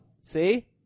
see